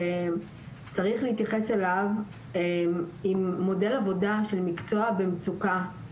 שצריך להתייחס אליו עם מודל עבודה של מקצוע במצוקה,